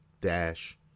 dash